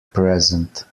present